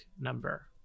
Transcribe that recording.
number